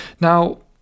now